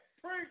preach